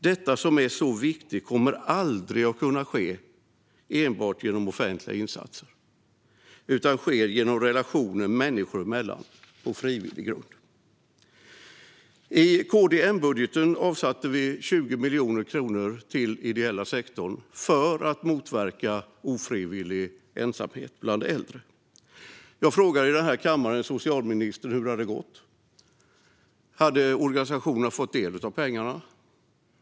Detta, som är så viktigt, kommer aldrig att kunna ske enbart genom offentliga insatser utan sker genom relationer människor emellan och på frivillig grund. I KD-M-budgeten avsatte vi 20 miljoner kronor till den ideella sektorn för att motverka ofrivillig ensamhet bland äldre. Jag frågade här i kammaren socialministern hur det har gått. Har organisationerna fått del av pengarna?